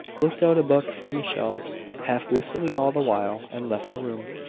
looked out a book from the shelves, half-whistling all the while, and left the room.